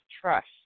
trust